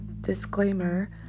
disclaimer